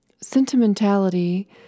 Sentimentality